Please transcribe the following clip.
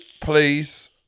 please